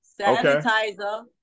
sanitizer